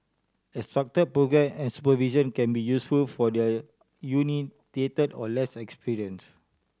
a structured programme and supervision can be useful for their uninitiated or less experienced